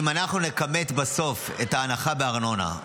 אם אנחנו נכמת בסוף את ההנחה בארנונה,